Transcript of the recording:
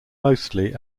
mostly